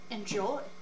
Enjoy